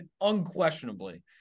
unquestionably